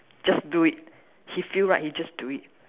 just do it he feel right he just do it